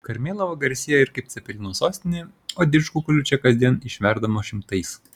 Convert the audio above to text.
karmėlava garsėja ir kaip cepelinų sostinė o didžkukulių čia kasdien išverdama šimtais